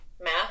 math